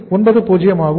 90 ஆகும்